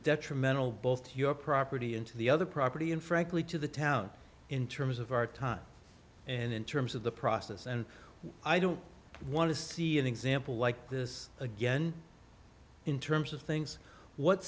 detrimental both to your property into the other property and frankly to the town in terms of our time and in terms of the process and i don't want to see an example like this again in terms of things what